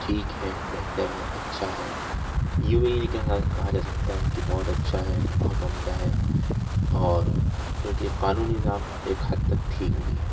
ٹھیک ہے بہتر ہے اچھا ہے یوں بھی نہیں کہا کہا جا سکتا کہ بہت اچھا ہے بہت عمدہ ہے اور کیونکہ قانونی نظام ایک حد تک ٹھیک بھی ہے